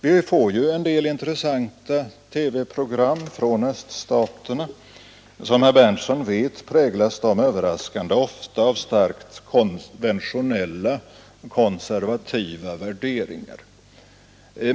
Vi får en del intressanta TV-program från öststaterna. Som herr Berndtson vet präglas de överraskande ofta av starkt konventionella och konservativa värderingar.